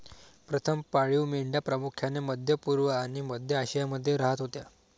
प्रथम पाळीव मेंढ्या प्रामुख्याने मध्य पूर्व आणि मध्य आशियामध्ये राहत होत्या